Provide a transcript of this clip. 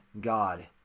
God